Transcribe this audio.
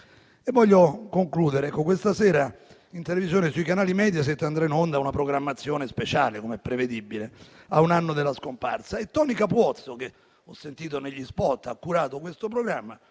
In conclusione, questa sera in televisione sui canali Mediaset andrà in onda una programmazione speciale, come prevedibile, a un anno dalla scomparsa e Toni Capuozzo, che - ho sentito negli spot - ha curato questo programma,